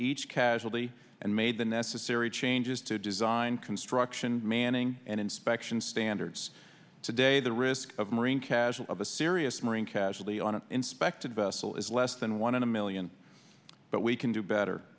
each casualty and made the necessary changes to design construction manning and inspection standards today the risk of marine casual of a serious marine casually on a inspected vessel is less than one in a million but we can do better